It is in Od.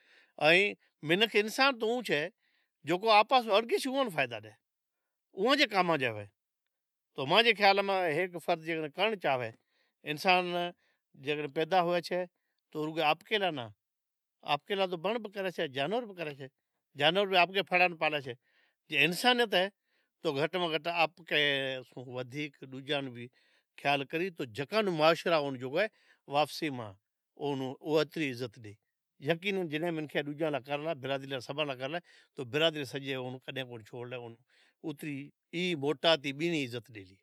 ائیں منکھ انسان او چھے۔ جو آپان سوں اڑگے فائدا ڈے تو مانجے خیال میں ہیک فرد جیکڈنہں کرنڑ چاہے انسان جیکڈنہں پعدا ہوچھے۔ تو آپ کے لا، آپ کیلا تو جانور بھی پھڑاں ناں پالے چھے۔ انسانیت اہے تو گھٹ میں گھٹ ڈوجاں جو خیال کرے۔ تو معاشرو اتری عزت ڈے یقینن جناں منکھاں ڈوجاں لا کرلا اے برادری لا سبھاں لا کرلا اے۔ تو برادری اوتری موٹاتے عزت ڈنی